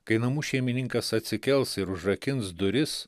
kai namų šeimininkas atsikels ir užrakins duris